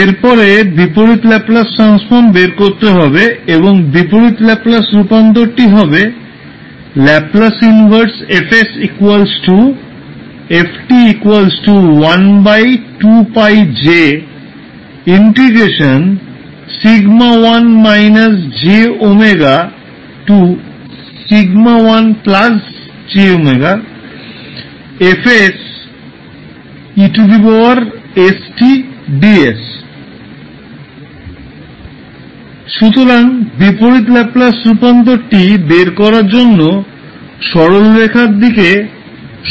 এরপরে বিপরীত Laplace transform বের করতে হবে এবং বিপরীত ল্যাপলাস রূপান্তরটি হবে সুতরাং বিপরীত ল্যাপলাস রূপান্তরটি বের করার জন্য সরলরেখার দিকে সমাকলন করা হয়